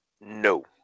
No